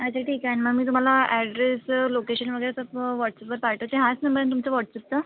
अच्छा ठीक आहे ना मग मी तुम्हाला ॲड्रेस लोकेशन वगैरे तसं व्हॉटसअपवर पाठवते हाच नंबर आहे ना तुमचा व्हॉटसअपचा